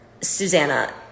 Susanna